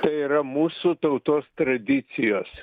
tai yra mūsų tautos tradicijos